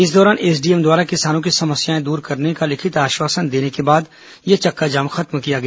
इस दौरान एसडीएम द्वारा किसानों की समस्याएं दूर करने का लिखित आश्वासन देने के बाद यह चक्काजाम खत्म किया गया